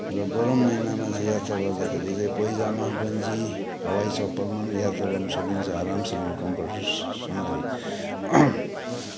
र गरम महिनामा चाहिँ यात्रा गर्दाखेरि चाहिँ पाइजामा गन्जी हवाई चप्पलमा पनि यात्रा गर्नसकिन्छ आरामसँगले कम्फोर्टसँगले